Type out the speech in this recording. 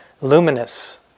luminous